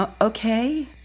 Okay